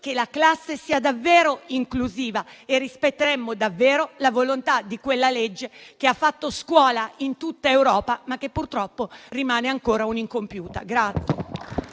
che la classe sia davvero inclusiva e rispetteremo davvero la volontà di quella legge che ha fatto scuola in tutta Europa, ma che purtroppo rimane ancora incompiuta.